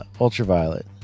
Ultraviolet